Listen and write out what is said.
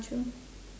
true